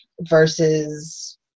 versus